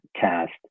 cast